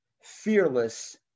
fearless